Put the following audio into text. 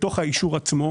בתוך האישור עצמו,